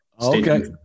Okay